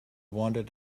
wanted